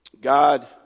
God